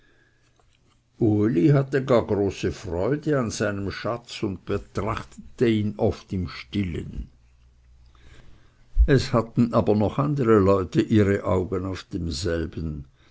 uli hatte gar große freude an seinem schatz und betrachtete ihn oft im stillen es hatten aber noch andere leute ihre augen auf demselben